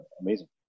amazing